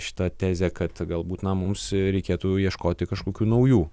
šita tezė kad galbūt mums reikėtų ieškoti kažkokių naujų